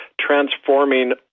transforming